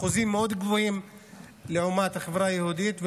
אחוזים מאוד גבוהים לעומת החברה היהודית.